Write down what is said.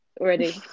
Already